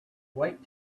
wait